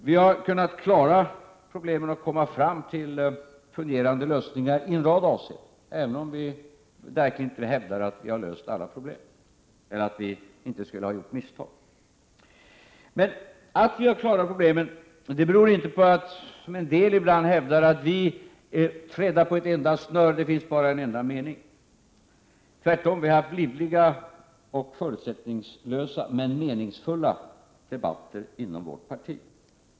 Vi har kunnat klara problemen och komma fram till fungerande lösningar i en rad avseenden, även om vi verkligen inte hävdar att vi har löst alla problem eller att vi inte skulle ha gjort några misstag. Att vi har klarat problemen beror inte på att, som en del ibland hävdar, vi är trädda på ett enda snöre, att det bara finns en enda mening. Tvärtom -— vi har haft livliga och förutsättningslösa men meningsfulla debatter inom vårt parti.